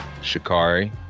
Shikari